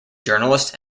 journalist